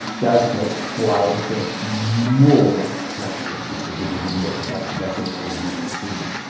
does take quite a bit more practice. simply because you can get distracted by seeing things you see.